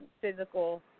physical